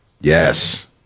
yes